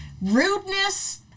Rudeness